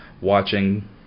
watching